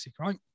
right